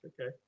okay